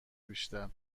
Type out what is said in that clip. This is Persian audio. بیشتر